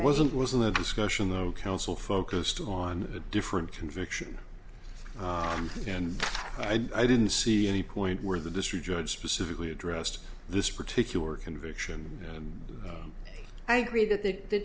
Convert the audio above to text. wasn't wasn't a discussion the council focused on a different conviction and i didn't see any point where the district judge specifically addressed this particular conviction and i agree that the